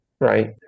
Right